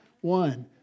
One